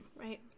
right